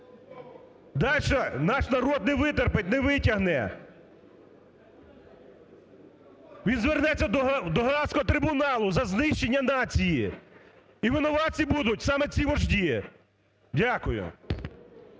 Далі наш народ не витерпить, не витягне. Він звернеться до Гаазького трибуналу за знищення нації, і винуватці будуть саме ці вожді. Дякую.